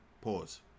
Pause